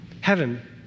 heaven